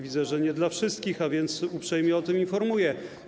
Widzę, że nie dla wszystkich, a więc uprzejmie o tym informuję.